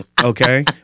okay